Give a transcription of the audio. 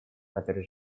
который